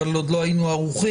אבל עוד לא היינו ערוכים.